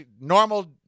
normal